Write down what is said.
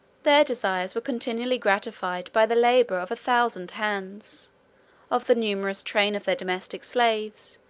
their desires were continually gratified by the labor of a thousand hands of the numerous train of their domestic slaves,